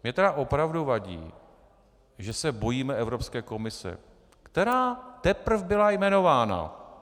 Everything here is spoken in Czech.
Mně tedy opravdu vadí, že se bojíme Evropské komise, která teprv byla jmenována!